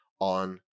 On